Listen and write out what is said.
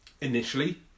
Initially